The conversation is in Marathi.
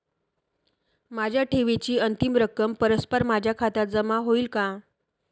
माझ्या ठेवीची अंतिम रक्कम परस्पर माझ्या खात्यात जमा होईल का?